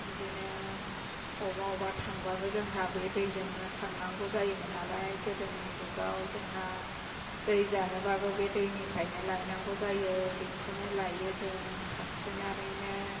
बिदिनो बबेबा बबेबा थांबाबो जोंहा बे दैजोंनो थांनांगौ जायोमोन नालाय गोदोनि जुगाव जोंहा दै जानोब्लाबो बे दैनिफ्रायनो लायनांगौ जायो बेखौनो लायो जों सानस्रिनानैनो